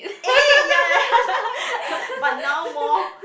eh ya ya ya but now more